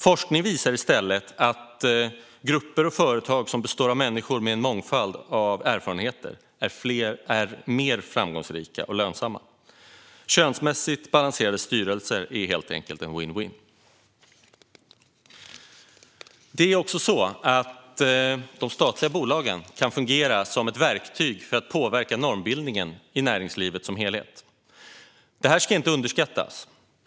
Forskning visar i stället att grupper och företag som består av människor med en mångfald av erfarenheter är mer framgångsrika och lönsamma. Könsmässigt balanserade styrelser är helt enkelt en win-win. Det är också så att de statliga bolagen kan fungera som ett verktyg för att påverka normbildningen i näringslivet som helhet. Det ska inte underskattas.